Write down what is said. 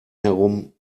herum